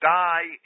die